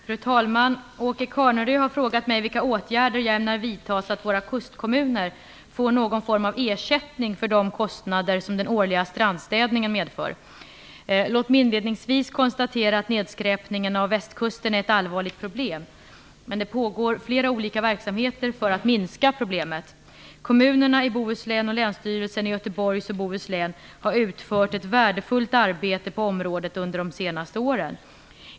Fru talman! Åke Carnerö har frågat mig vilka åtgärder jag ämnar vidta så att våra kustkommuner får någon form av ersättning för de kostnader som den årliga strandstädningen medför. Låt mig inledningsvis konstatera att nedskräpningen av Västkusten är ett allvarligt problem. Det pågår flera olika verksamheter för att minska problemet. Kommunerna i Bohuslän och Länsstyrelsen i Göteborgs och Bohus län har utfört ett värdefullt arbete på området under de senaste åren.